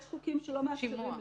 שימוע.